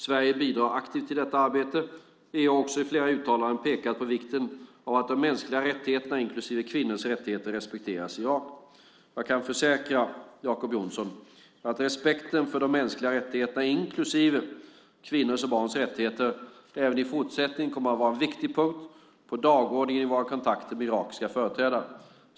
Sverige bidrar aktivt till detta arbete. EU har också i flera uttalanden pekat på vikten av att de mänskliga rättigheterna, inklusive kvinnors rättigheter, respekteras i Irak. Jag kan försäkra Jacob Johnson att respekten för de mänskliga rättigheterna, inklusive kvinnors och barns rättigheter, även i fortsättningen kommer att vara en viktig punkt på dagordningen i våra kontakter med irakiska företrädare.